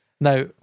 Now